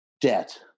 debt